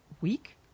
week